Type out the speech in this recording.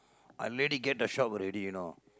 I ready get the shop already you know